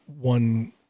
one